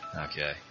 Okay